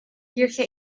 kirche